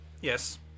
Yes